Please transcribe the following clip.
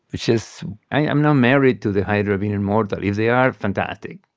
it's just i'm not married to the hydra being immortal. if they are, fantastic.